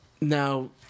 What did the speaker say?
Now